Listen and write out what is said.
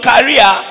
career